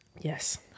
Yes